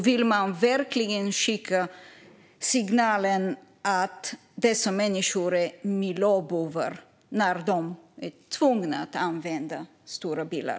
Vill man verkligen skicka signalen att dessa människor är miljöbovar när de är tvungna att använda stora bilar?